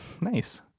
Nice